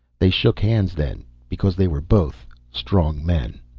they shook hands then because they were both strong men.